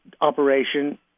operation